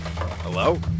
Hello